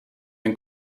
den